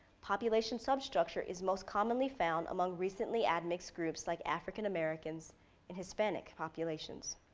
population substructure is most commonly found among recently add mix groups like african americans and hispanic populations.